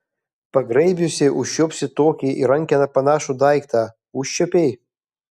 pagraibiusi užčiuopsi tokį į rankeną panašų daiktą užčiuopei